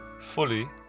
fully